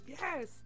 Yes